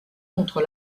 contre